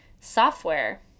software